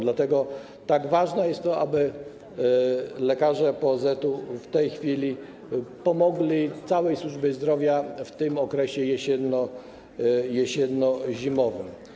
Dlatego tak ważne jest to, aby lekarze POZ w tej chwili pomogli całej służbie zdrowia w okresie jesienno-zimowym.